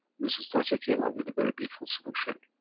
mrs thatcher came up very beautiful solution.